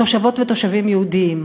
תושבות ותושבים יהודים?